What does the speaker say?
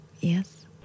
Yes